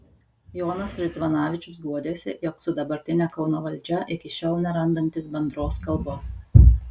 jonas ridzvanavičius guodėsi jog su dabartine kauno valdžia iki šiol nerandantis bendros kalbos